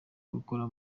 gukora